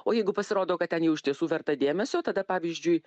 o jeigu pasirodo kad ten jau iš tiesų verta dėmesio tada pavyzdžiui